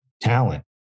talent